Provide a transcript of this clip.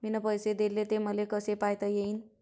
मिन पैसे देले, ते मले कसे पायता येईन?